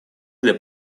для